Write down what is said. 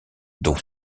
dont